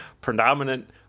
predominant